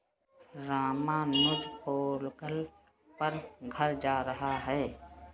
रामानुज पोंगल पर घर जा रहा है